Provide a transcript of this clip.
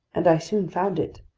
and i soon found it.